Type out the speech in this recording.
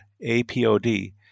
A-P-O-D